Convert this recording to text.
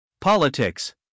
Politics